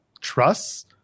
trusts